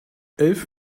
elf